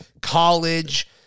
college